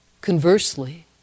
Conversely